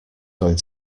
going